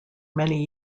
many